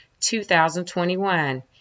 2021